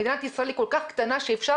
מדינת ישראל היא כל כך קטנה שאפשר